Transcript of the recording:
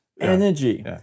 energy